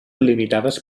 limitades